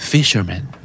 Fisherman